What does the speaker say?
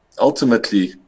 Ultimately